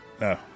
No